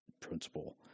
principle